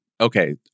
Okay